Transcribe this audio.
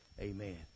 Amen